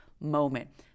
moment